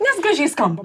nes gražiai skamba